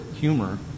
humor